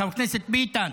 חבר הכנסת ביטן,